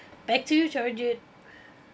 back to you chai-ren-jun